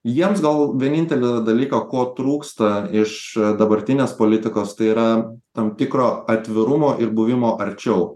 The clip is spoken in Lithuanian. jiems gal vienintelio dalyko ko trūksta iš dabartinės politikos tai yra tam tikro atvirumo ir buvimo arčiau